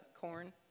corn